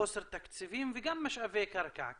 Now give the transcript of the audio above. חוסר תקציבים וגם משאבי קרקע,